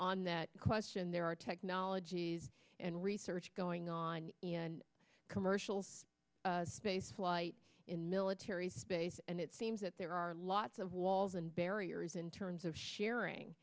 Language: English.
on that question there are technologies and research going on in commercial spaceflight in military space and it seems that there are lots of walls and barriers in terms of sharing